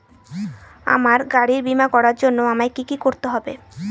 আমার গাড়ির বীমা করার জন্য আমায় কি কী করতে হবে?